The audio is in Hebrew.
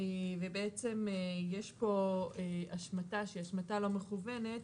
ויש פה השמטה, שהיא השמטה לא מכוונת,